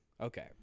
Okay